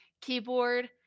keyboard